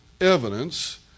evidence